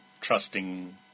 trusting